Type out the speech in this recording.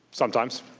sometimes.